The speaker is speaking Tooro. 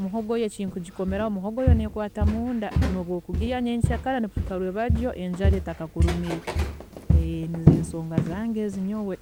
muhogo yo ekinkugikomeraho muhogo yo nekwaata munda, nobu okugirya nyenkyakara kuhika rwebajyo enjara etakakurumire, nizo ensonga zange ezi nyowe.